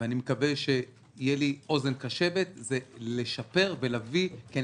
ואני מקווה שתהיה לי אוזן קשבת זה לשפר כי אני